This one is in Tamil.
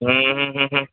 ம்ஹூம் ஹூ ஹூ